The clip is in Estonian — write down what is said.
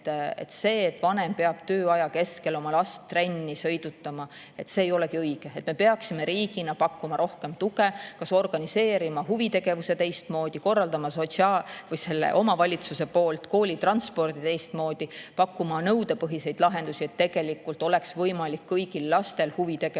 See, et vanem peab töö ajal oma last trenni sõidutama, ei olegi õige. Me peaksime riigina pakkuma rohkem tuge, [näiteks] organiseerima huvitegevust teistmoodi, korraldama omavalitsuse näol koolitransporti teistmoodi, pakkuma nõudepõhiseid lahendusi, et tegelikult oleks võimalik kõigil lastel huvitegevuses